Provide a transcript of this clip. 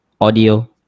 audio